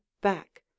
back